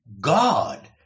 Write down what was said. God